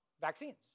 vaccines